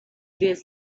days